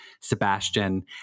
Sebastian